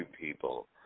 people